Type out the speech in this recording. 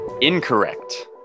incorrect